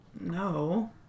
no